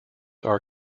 are